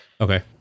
Okay